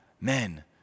men